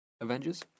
Avengers